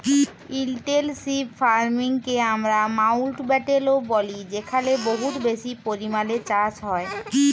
intensive farming কে আমরা মাউল্টব্যাটেল ও ব্যলি যেখালে বহুত বেশি পরিমালে চাষ হ্যয়